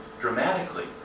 dramatically